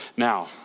Now